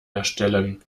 erstellen